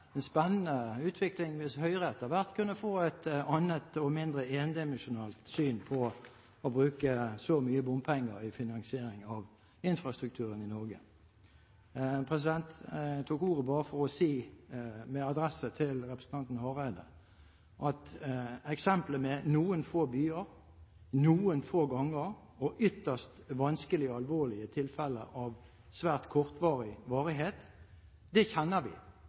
en spennende utvikling hvis Høyre etter hvert kunne få et annet og mindre endimensjonalt syn på å bruke så mye bompenger i finansieringen av infrastrukturen i Norge. Jeg tok ordet for å si, med adresse til representanten Hareide, at eksempelet med «nokre få byar, nokre få gonger» og ytterst vanskelige og alvorlige tilfeller av svært kort varighet, kjenner vi. Det kjenner vi